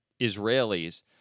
Israelis